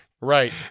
Right